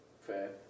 Fair